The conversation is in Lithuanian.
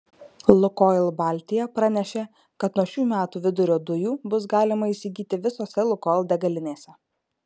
lukoil baltija pranešė kad nuo šių metų vidurio dujų bus galima įsigyti visose lukoil degalinėse